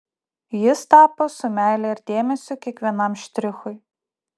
jis tapo su meile ir dėmesiu kiekvienam štrichui